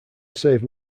save